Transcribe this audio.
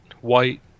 white